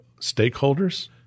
stakeholders